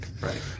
Right